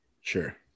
Sure